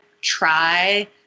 try